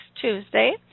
Tuesday